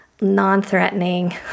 non-threatening